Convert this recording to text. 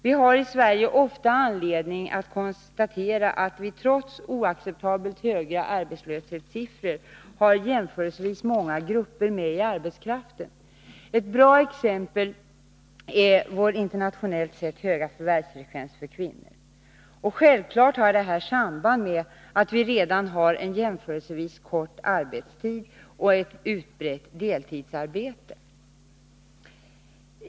Vi har i Sverige ofta anledning att konstatera att vi trots oacceptabelt höga arbetslöshetssiffror har jämförelsevis många grupper med i arbetskraften. Ett bra exempel är vår, internationellt sett, höga förvärvsfrekvens för kvinnor. Självfallet har detta samband med att vi redan har en jämförelsevis kort arbetstid och ett utbrett deltidsarbete.